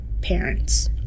parents